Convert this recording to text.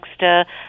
next